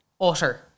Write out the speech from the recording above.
utter